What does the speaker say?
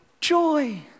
joy